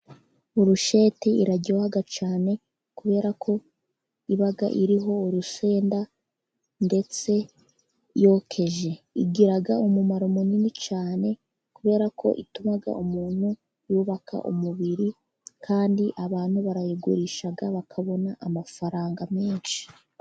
Burusheti iraryoha cyane kubera ko iba iriho urusenda, ndetse yokeje. Igira umumaro munini cyane, kubera ko ituma umuntu yubaka umubiri, kandi abantu barayigurisha, bakabona amafaranga menshi.